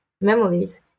memories